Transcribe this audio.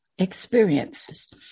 experiences